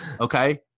Okay